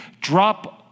drop